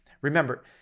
Remember